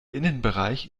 innenbereich